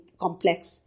complex